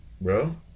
bro